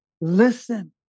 Listen